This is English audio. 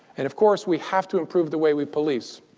and of course, we have to improve the way we police.